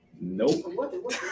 Nope